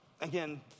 again